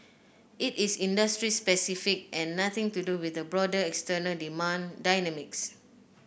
it is industry specific and nothing to do with the broader external demand dynamics